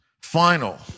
final